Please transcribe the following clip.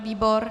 Výbor?